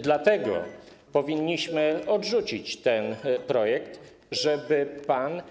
Dlatego powinniśmy odrzucić ten projekt, żeby pan